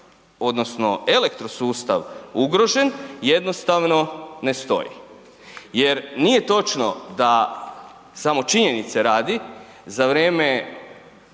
odnosno elektrosustav ugrožen jednostavno ne stoji. Jer nije točno da, samo činjenice radi, za vrijeme